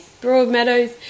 Broadmeadows